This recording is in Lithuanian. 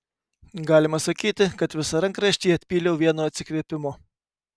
galima sakyti kad visą rankraštį atpyliau vienu atsikvėpimu